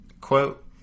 quote